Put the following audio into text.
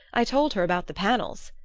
i told her about the panels,